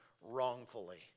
wrongfully